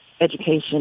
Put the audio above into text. education